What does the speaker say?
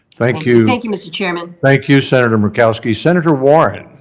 thank you. thank you, mr. chairman. thank you, senator murkowski. senator warren?